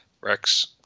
Rex